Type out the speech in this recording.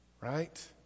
Right